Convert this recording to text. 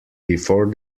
before